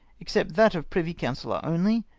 except that of privy councillor only.